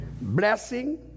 blessing